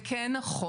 זה כן נכון.